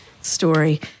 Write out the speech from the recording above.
Story